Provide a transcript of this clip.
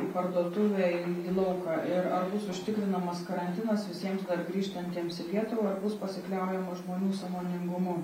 į parduotuvę ir į lauką ir ar bus užtikrinamas karantinas visiems dar grįžtantiems į lietuvą ar bus pasikliaujama žmonių sąmoningumu